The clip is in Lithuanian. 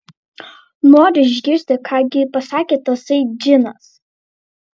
noriu išgirsti ką gi pasakė tasai džinas